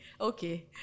Okay